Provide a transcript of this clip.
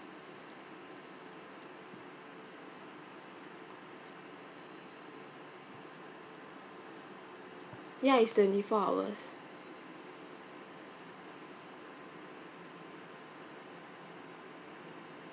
ya it's twenty four hours